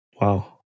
Wow